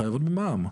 חייבות במע"מ.